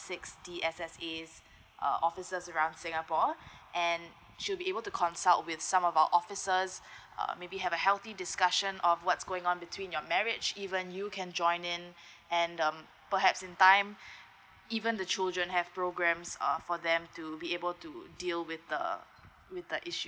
six D_S_S_A uh offices around singapore and should be able to consult with some of our offices uh maybe have a healthy discussion of what's going on between your marriage even you can join in and um perhaps in time even the children have programs err for them to be able to deal with the with the issue